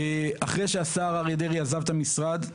אחרי שהשר אריה דרעי עזב את המשרד,